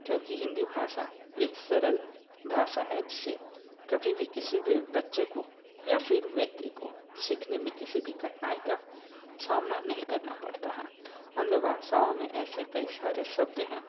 क्योंकि हिंदी भाषा एक सरल भाषा है जिसे कभी भी किसी भी बच्चे को या फिर व्यक्ति को सीखने में किसी भी कठिनाई का सामना नहीं करना पड़ता है अन्य भाषाओं में ऐसे कई सारे शब्द हैं